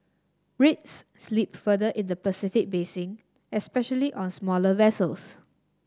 rates slipped further in the Pacific basin especially on smaller vessels